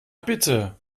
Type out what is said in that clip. bitte